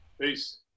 Peace